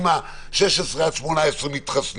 אם גילאי 16 18 מתחסנים,